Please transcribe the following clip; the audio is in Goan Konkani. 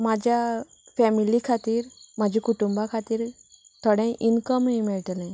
म्हाज्या फेमिली खातीर म्हाजे कुटूंबा खातीर थोडें इन्कमूय मेळटलें